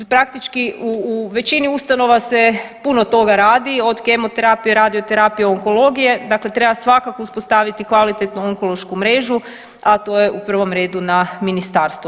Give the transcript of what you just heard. Praktički u većini ustanova se puno toga radi od kemoterapije, radioterapije, onkologije, dakle treba svakako uspostaviti kvalitetnu onkološku mrežu, a to je u prvom redu na ministarstvu.